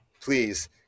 please